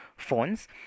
phones